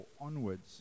onwards